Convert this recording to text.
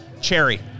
Cherry